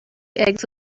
eggs